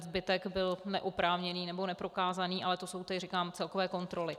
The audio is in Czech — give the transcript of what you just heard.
Zbytek byl neoprávněný nebo neprokázaný, ale to jsou celkové kontroly.